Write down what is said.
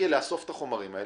באגף הזה.